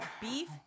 Beef